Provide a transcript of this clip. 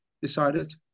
decided